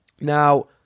Now